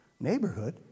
neighborhood